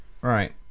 Right